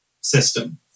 system